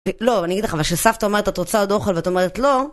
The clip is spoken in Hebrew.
לא, אני אגיד לך, אבל כשסבתא אמרת את רוצה עוד אוכל ואת אומרת לא...